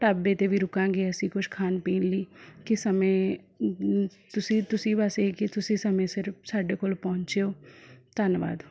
ਢਾਬੇ 'ਤੇ ਵੀ ਰੁਕਾਂਗੇ ਅਸੀਂ ਕੁਝ ਖਾਣ ਪੀਣ ਲਈ ਕਿ ਸਮੇਂ ਤੁਸੀਂ ਤੁਸੀਂ ਬਸ ਇਹ ਕਿ ਤੁਸੀਂ ਸਮੇਂ ਸਿਰ ਸਾਡੇ ਕੋਲ ਪਹੁੰਚਿਓ ਧੰਨਵਾਦ